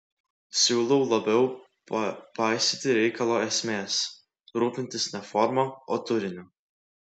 siūlau labiau paisyti reikalo esmės rūpintis ne forma o turiniu